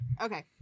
Okay